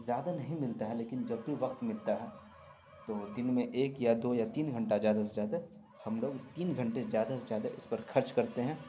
زیادہ نہیں ملتا ہے لیکن جب بھی وقت ملتا ہے تو دن میں ایک یا دو یا تین گھنٹہ زیادہ سے زیادہ ہم لوگ تین گھنٹے زیادہ سے زیادہ اس پر خرچ کرتے ہیں